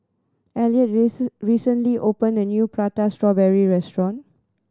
Elliott recently opened a new Prata Strawberry restaurant